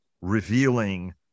revealing